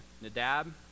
Nadab